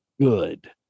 good